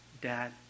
dad